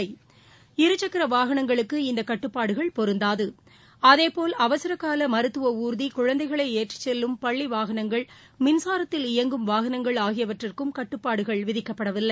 அதே நேரத்தில் இரு சக்கர வாகனங்களுக்கு இந்த கட்டுப்பாடுகள் பொருந்தாது அதேபோல் அவசரக்கால மருத்துவ ஊர்தி குழந்தைகளை ஏற்றிச் செல்லும் பள்ளி வாகனங்கள் மின்சாரத்தில் இயங்கும் வாகனங்கள் ஆகியவற்றிற்கும் கட்டுப்பாடுகள் விதிக்கப்படவில்லை